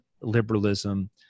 liberalism